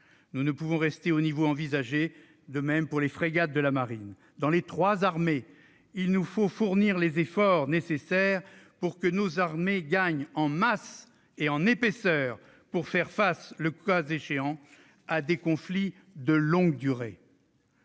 nous ne pouvons rester au niveau envisagé. Il en est de même pour les frégates de la marine. Dans les trois armées, il nous faut fournir les efforts nécessaires pour que nos forces gagnent en masse et en épaisseur. C'est indispensable pour faire face, le cas échéant, à des conflits de longue durée.